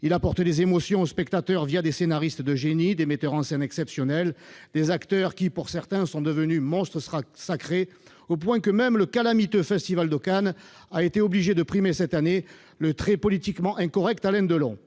il apporte des émotions aux spectateurs grâce à des scénaristes de génie, des metteurs en scène exceptionnels, des acteurs qui, pour certains, sont devenus des monstres sacrés, au point que le calamiteux Festival de Cannes a été obligé cette année de rendre un hommage au très politiquement incorrect Alain Delon